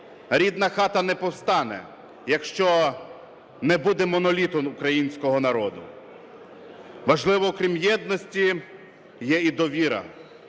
Рідна хата не повстане, якщо не буде моноліту українського народу. Важливою, крім єдності, є і довіра,